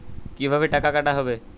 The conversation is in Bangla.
কিভাবে টাকা কাটা হবে?